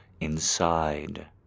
inside